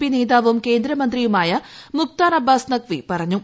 P നേതാവും കേന്ദ്രമന്ത്രിയുമായ മുഖ്താർ അബ്ബാസ് നഖ്വി പറഞ്ഞു